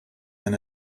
than